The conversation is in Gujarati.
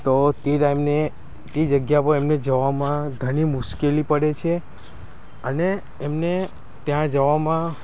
તો એ ટાઇમે એ જગ્યા પર એમને જવામાં ઘણી મુશકેલી પડે છે અને એમને ત્યાં જવામાં